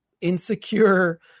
insecure